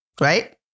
right